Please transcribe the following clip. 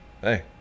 Hey